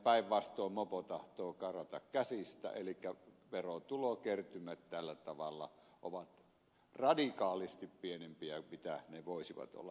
päinvastoin mopo tahtoo karata käsistä elikkä verotulokertymät tällä tavalla ovat radikaalisti pienempiä kuin ne voisivat olla